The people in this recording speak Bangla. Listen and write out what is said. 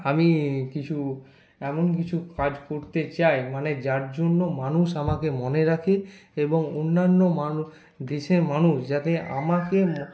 আমি কিছু এমন কিছু কাজ করতে চাই মানে যার জন্য মানুষ আমাকে মনে রাখে এবং অন্যান্য মানুষ দেশের মানুষ যাতে আমাকে মনে